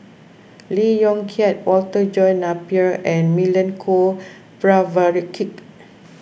Lee Yong Kiat Walter John Napier and Milenko Prvacki